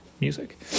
music